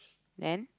then